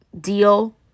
deal